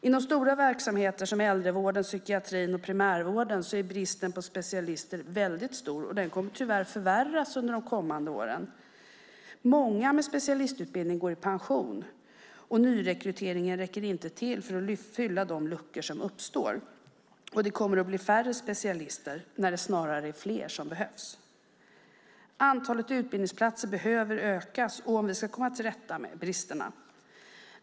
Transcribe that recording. Inom stora verksamheter som äldrevården, psykiatrin och primärvården är bristen på specialister mycket stor, och den kommer tyvärr att förvärras under de kommande åren. Många med specialistutbildning går i pension, och nyrekryteringen räcker inte till för att fylla de luckor som uppstår. Det kommer att bli färre specialister när det snarare är fler som behövs. Antalet utbildningsplatser behöver öka om vi ska komma till rätta med bristerna.